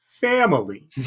family